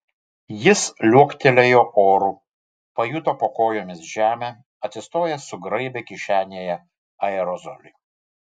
jis liuoktelėjo oru pajuto po kojomis žemę atsistojęs sugraibė kišenėje aerozolį